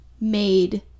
made